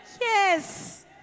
Yes